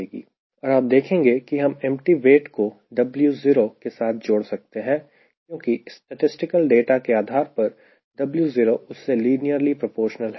और आप देखेंगे कि हम एम्पटी वेट को W0 के साथ जोड़ सकते हैं क्योंकि स्टैटिसटिकल डाटा के आधार पर W0 उससे लीनियरली प्रोपोर्शनल है